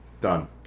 Done